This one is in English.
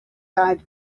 eyed